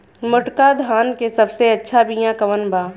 मोटका धान के सबसे अच्छा बिया कवन बा?